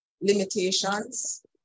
limitations